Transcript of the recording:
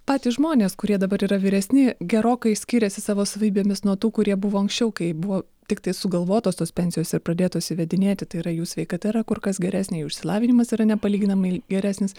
patys žmonės kurie dabar yra vyresni gerokai skiriasi savo savybėmis nuo tų kurie buvo anksčiau kai buvo tiktai sugalvotos tos pensijos ir pradėtos įvedinėti tai yra jų sveikata yra kur kas geresnė jų išsilavinimas yra nepalyginamai geresnis